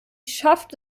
schafft